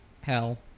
Hell